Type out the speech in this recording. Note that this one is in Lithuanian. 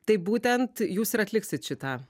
tai būtent jūs ir atliksit šitą